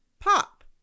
pop